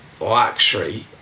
luxury